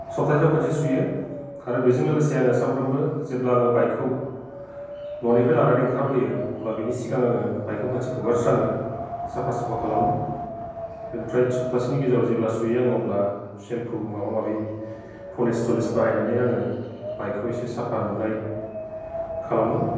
सप्तासेयाव खनसे सुयो आरो बेजों लोगोसे आङो सानफ्रोमबो जेब्ला आङो बाइकखौ न'निफ्राय लानानै ओंखारबोयो अब्ला बिनि सिगां आङो बाइकखौ खनसे हुगारस्राङो साफा सुफा खालामो ओमफ्राय सप्तासेनि गेजेराव जेब्ला सुयो आं अब्ला सेम्पु माबा माबि पलिस थलिस बाहायनानै आङो बाइकखौ एसे साफा नुनाय खालामो